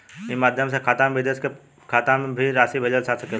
ई माध्यम से खाता से विदेश के खाता में भी राशि भेजल जा सकेला का?